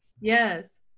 yes